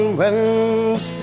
winds